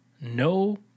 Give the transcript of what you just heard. No